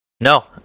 No